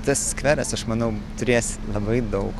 tas skveras aš manau turės labai daug